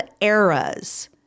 eras